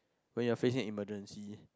when you're facing emergency